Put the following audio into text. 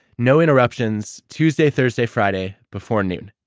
no interruptions tuesday thursday, friday before noon.